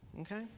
Okay